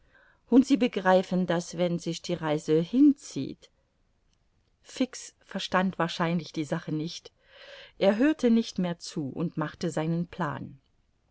und sie begreifen daß wenn sich die reise hinzieht fix verstand wahrscheinlich die sache nicht er hörte nicht mehr zu und machte seinen plan